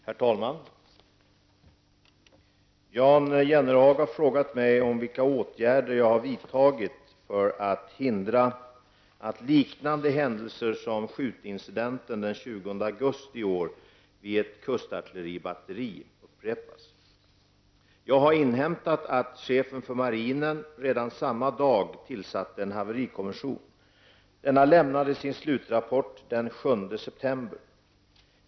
Herr talman! Jan Jennehag har frågat mig vilka åtgärder jag har vidtagit för att hindra att liknande händelser som skjutincidenten den 20 augusti i år vid ett kustartilleribatteri upprepas. Jag har inhämtat att chefen för marinen redan samma dag tillsatte en haverikommission. Denna lämnade sin slutrapport den 7 september.